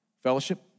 fellowship